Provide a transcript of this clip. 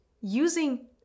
using